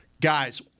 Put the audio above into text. guys